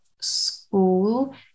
school